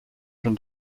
from